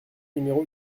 numéro